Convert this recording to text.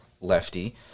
lefty